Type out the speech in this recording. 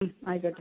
ഉം ആയിക്കോട്ടെ